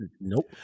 Nope